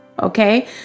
Okay